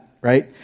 right